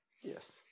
Yes